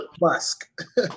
Musk